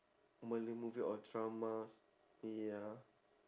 malay movie or dramas ya